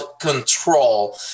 control